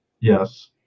Yes